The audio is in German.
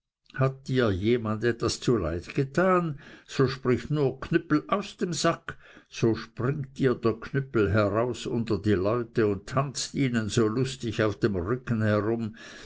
hat dir jemand etwas zuleid getan so sprich nur knüppel aus dem sack so springt dir der knüppel heraus unter die leute und tanzt ihnen so lustig auf dem rücken herum